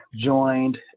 joined